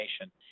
nation